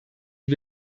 die